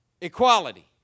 equality